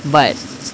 but